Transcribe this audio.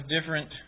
different